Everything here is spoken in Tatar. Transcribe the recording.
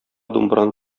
думбраны